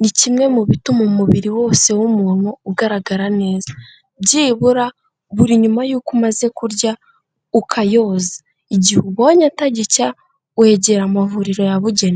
ni kimwe mu bituma umubiri wose w'umuntu ugaragara neza, byibura buri nyuma y'uko umaze kurya ukayoza, igihe ubonye atagicya wegera amavuriro yabugenewe.